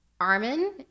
Armin